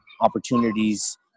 opportunities